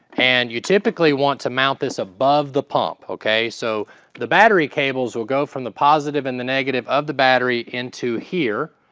and you typically want to mount this above the pump, okay? so the battery cables will go from the positive and the negative of the battery into here,